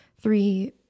three